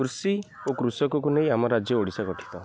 କୃଷି ଓ କୃଷକକୁ ନେଇ ଆମ ରାଜ୍ୟ ଓଡ଼ିଶା ଗଠିତ